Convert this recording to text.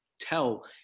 tell